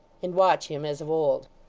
and watch him as of old.